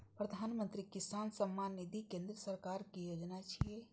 प्रधानमंत्री किसान सम्मान निधि केंद्र सरकारक योजना छियै